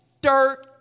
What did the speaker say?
dirt